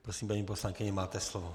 Prosím, paní poslankyně, máte slovo.